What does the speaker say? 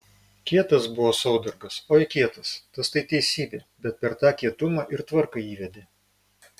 kietas buvo saudargas oi kietas tas tai teisybė bet per tą kietumą ir tvarką įvedė